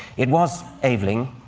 it was aveling,